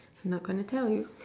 not gonna tell you